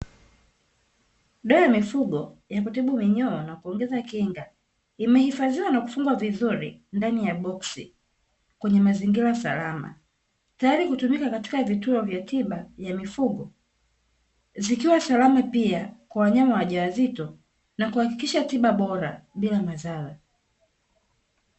Dawa ya mifugo ya kutibu minyoo na kuongeza kinga imehifadhiwa na kufungwa vizuri ndani ya boksi kwenye mazingira salama tayari kutumika katika vituo vya tiba ya mifugo, zikiwa salama pia kwa wanyama wajawazito na kuhakikisha tiba bora bila madhara.